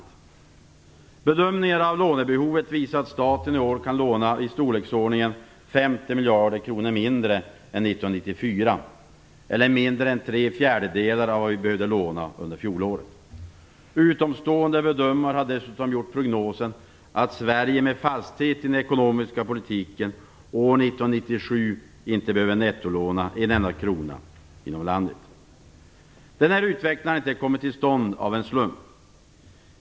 Bedömningar av lånebehovet visar att staten i år kan låna i storleksordningen 50 miljarder kronor mindre än 1994, eller mindre än tre fjärdedelar av vad vi behövde låna under fjolåret. Utomstående bedömare har dessutom gjort prognosen att Sverige med fasthet i den ekonomiska politiken år 1997 inte behöver nettolåna en enda krona inom landet. Den här utvecklingen har inte kommit till stånd av en slump.